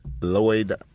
Lloyd